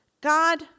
God